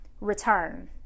return